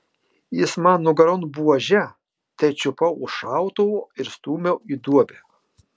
jis man nugaron buože tai čiupau už šautuvo ir stūmiau į duobę